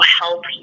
help